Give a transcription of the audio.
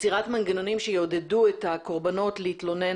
יצירת מנגנונים שיעודדו את הקורבנות להתלונן